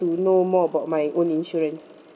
to know more about my own insurance